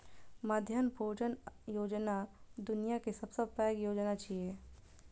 मध्याह्न भोजन योजना दुनिया के सबसं पैघ योजना छियै